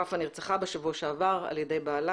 ופאא נרצחה בשבוע שעבר על ידי בעלה